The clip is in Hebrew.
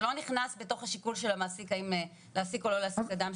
זה לא נכנס בתוך השיקול של המעסיק של האם להעסיק או לא להעסיק אדם.